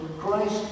Christ